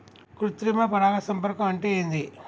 కృత్రిమ పరాగ సంపర్కం అంటే ఏంది?